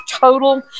total